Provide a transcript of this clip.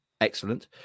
excellent